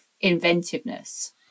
inventiveness